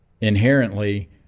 inherently